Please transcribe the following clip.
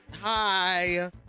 Hi